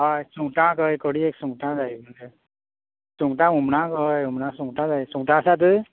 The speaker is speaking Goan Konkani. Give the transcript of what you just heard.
हय सुंगटां खंय कडीयेक सुंगटां जाय सुंगटा हुमणाक हय हुमणाक सुंगटां जाय सुंगटां आसात